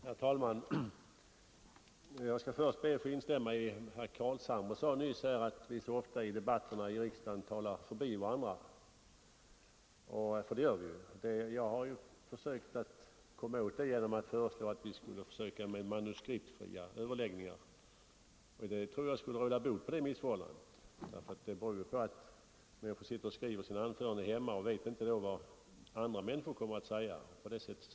Herr talman! Jag skall först be att få instämma i vad herr Carlshamre sade nyss, att vi så ofta i debatterna här i riksdagen talar förbi varandra, för det gör vi. Jag har ju försökt att komma åt det genom att föreslå att vi skulle försöka med manuskriptfria överläggningar. Det tror jag skulle råda bot på missförhållandet, för det beror på att ledamöter sitter och skriver sina anföranden hemma och då inte vet vad andra kommer att säga i debatten.